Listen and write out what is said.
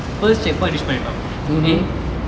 first checkpoint reach பண்ணிட்டோம்:pannittom okay